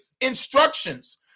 instructions